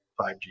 5G